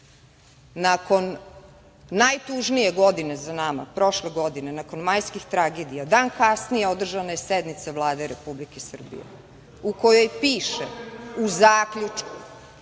Nakon najtužnije godine za nama, prošle godine, nakon majskih tragedija, dan kasnije održana je sednica Vlade Republike Srbije, u kojoj piše u zaključku: